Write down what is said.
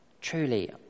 truly